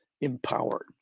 empowered